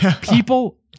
people